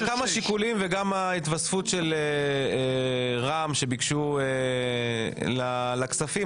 זה גם השיקולים וגם ההתווספות של רע"מ שביקשו לוועדת כספים,